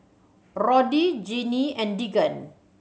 Roddy Genie and Deegan